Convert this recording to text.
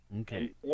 Okay